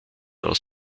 aus